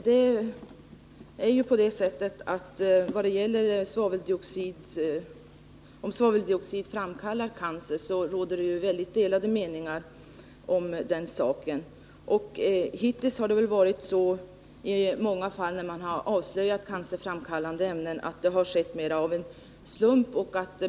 Herr talman! Det råder mycket delade meningar om huruvida svaveldioxid framkallar cancer. Hittills har det väl många gånger varit så att man avslöjat cancerframkallande ämnen mera av en slump.